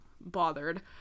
bothered